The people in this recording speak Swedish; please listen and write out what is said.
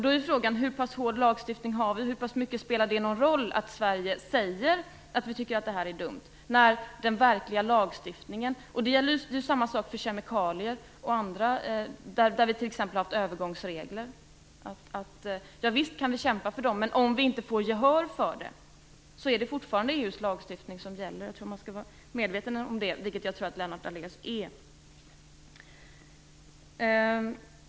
Då är frågan hur pass hård lagstiftning vi har, och hur pass mycket det spelar någon roll att vi i Sverige säger att vi tycker att detta är dumt, när den verkliga lagstiftningen görs i EU. Det är samma sak för kemikalier och annat, där vi t.ex. har haft övergångsregler. Visst kan vi kämpa för dem. Men om vi inte får gehör för det är det fortfarande EU:s lagstiftning som gäller. Jag tror att man skall vara medveten om det, vilket jag tror att Lennart Daléus är.